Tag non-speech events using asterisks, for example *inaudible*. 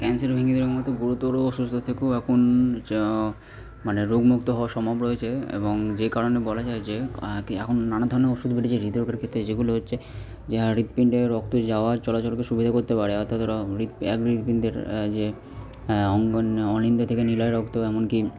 ক্যানসারের *unintelligible* মতো গুরুতর অসুস্থতা থেকেও এখন যা মানে রোগমুক্ত হওয়া সম্ভব রয়েছে এবং যে কারণে বলা যায় যে কি এখন নানা ধরনের ওষুধ বেরিয়েছে হৃদরোগের ক্ষেত্রে যেগুলো হচ্ছে যে হ্যাঁ হৃৎপিণ্ডে রক্ত যাওয়ার চলাচলের সুবিধা করতে পারে অর্থাৎ ওটা *unintelligible* এক হৃৎপিণ্ডের যে *unintelligible* অলিন্দ থেকে নিলয়ে রক্ত এমনকি